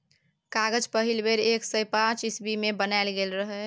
कागज पहिल बेर एक सय पांच इस्बी मे बनाएल गेल रहय